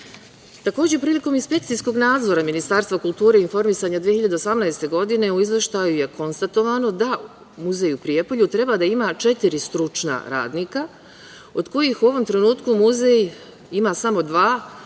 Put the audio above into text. regionu. Takođe, prilikom inspekcijskog nadzora Ministarstva kulture i informisanja 2018. godine u Izveštaju je konstatovano da Muzej u Prijepolju treba da ima četiri stručna radnika od kojih u ovom trenutku muzej ima samo dva, a dva